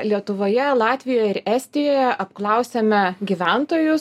lietuvoje latvijoje ir estijoje apklausiame gyventojus